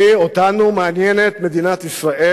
אותי, אותנו, מעניינת מדינת ישראל.